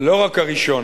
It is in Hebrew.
לא רק הראשון,